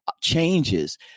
changes